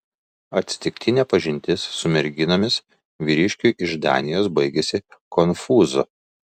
atsitiktinė pažintis su merginomis vyriškiui iš danijos baigėsi konfūzu